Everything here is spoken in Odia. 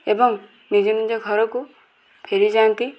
ଏବଂ ନିଜ ନିଜ ଘରକୁ ଫେରିଯାନ୍ତି